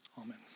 Amen